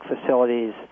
facilities